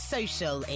Social